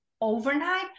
overnight